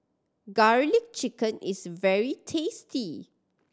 Garlic Chicken is very tasty